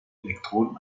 elektroden